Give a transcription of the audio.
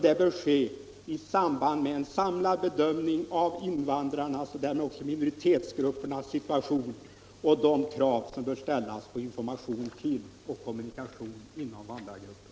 Det bör ske i samband med en samlad bedömning av invandrarnas och därmed också minoritetsgruppernas situation och de krav som bör ställas på information till och kommunikation inom invandrargrupperna.